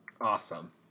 Awesome